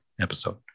episode